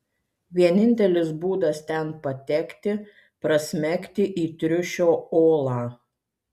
vienintelis būdas ten patekti prasmegti į triušio olą